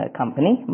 company